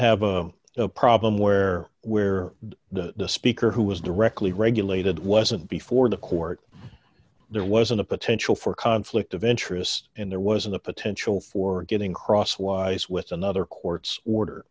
have a problem where where the speaker who was directly regulated wasn't before the court there was a potential for conflict of interest and there was the potential for getting crosswise with another court's